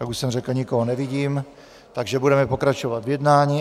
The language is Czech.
Jak už jsem řekl, nikoho nevidím, takže budeme pokračovat v jednání.